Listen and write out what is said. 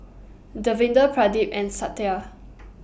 Davinder Pradip and Satya